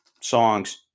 songs